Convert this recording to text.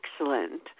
excellent